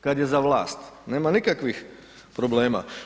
Kad je za vlast, nema nikakvih problema.